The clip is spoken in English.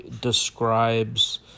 describes